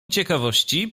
ciekawości